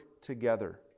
together